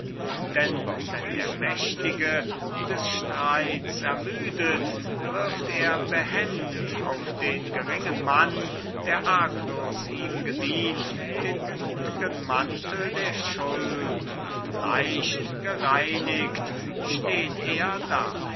denn wenn der mächtige des streits ermüdet wirft er behend auf den geringen mann der arglos ihm gedient den blut'gen mantel der schuld und leicht gereinigt steht er da